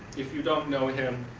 if you don't know him,